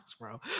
bro